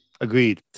Agreed